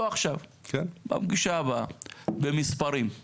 לא עכשיו, בפגישה הבאה, במספרים.